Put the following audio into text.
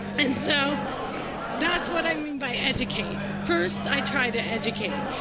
and so that's what i mean by educate. first, i try to educate.